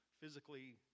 physically